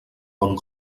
bon